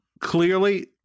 clearly